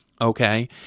Okay